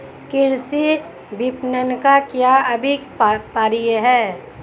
कृषि विपणन का क्या अभिप्राय है?